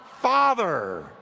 Father